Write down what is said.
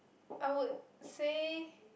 I would say